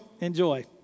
Enjoy